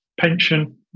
pension